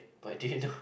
but do you know